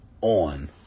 on